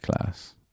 class